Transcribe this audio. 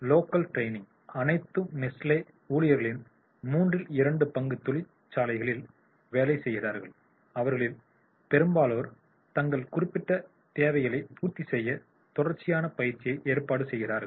local training அனைத்து Nestle Nestlé ஊழியர்களில் மூன்றில் இரண்டு பங்கு தொழிற்சாலைகளில் வேலை செய்கிறார்கள் அவர்களில் பெரும்பாலோர் தங்கள் குறிப்பிட்ட தேவைகளைப் பூர்த்தி செய்ய தொடர்ச்சியான பயிற்சியை ஏற்பாடு செய்கிறார்கள்